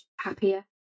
happier